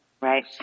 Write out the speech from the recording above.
right